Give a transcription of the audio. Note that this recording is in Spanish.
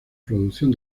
producción